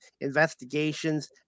investigations